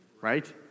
right